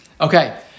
Okay